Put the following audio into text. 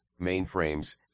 mainframes